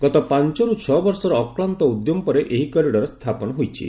ଗତ ପାଞ୍ଚରୁ ଛଅ ବର୍ଷର ଅକ୍କାନ୍ତ ଉଦ୍ୟମ ପରେ ଏହି କରିଡର୍ ସ୍ଥାପନ ହୋଇଛି